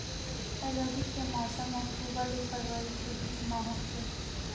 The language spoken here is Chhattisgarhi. रबी के मौसम अक्टूबर ले फरवरी के बीच मा होथे